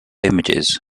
images